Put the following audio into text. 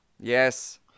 Yes